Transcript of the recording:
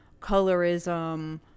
colorism